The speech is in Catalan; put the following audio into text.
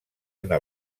una